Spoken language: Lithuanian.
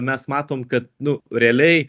mes matom kad nu realiai